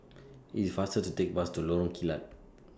It's faster to Take The Bus to Lorong Kilat